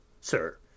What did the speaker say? sir